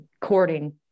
courting